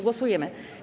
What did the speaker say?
Głosujemy.